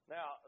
Now